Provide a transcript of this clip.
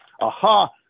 aha